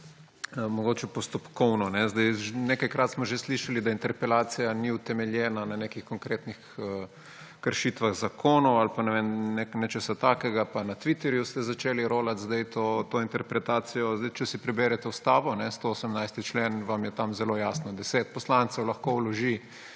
Najprej postopkovno. Nekajkrat smo že slišali, da interpelacija ni utemeljena na nekih konkretnih kršitvah zakonov ali nečesa takega, pa na Twitterju ste začeli rolati zdaj to interpretacijo. Če si preberete Ustavo, 118. člen, vam je tam zelo jasno zapisano, 10 poslancev lahko vloži